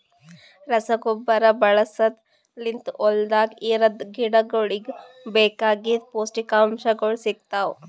ರಸಗೊಬ್ಬರ ಬಳಸದ್ ಲಿಂತ್ ಹೊಲ್ದಾಗ ಇರದ್ ಗಿಡಗೋಳಿಗ್ ಬೇಕಾಗಿದ್ ಪೌಷ್ಟಿಕಗೊಳ್ ಸಿಗ್ತಾವ್